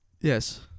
Yes